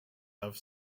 have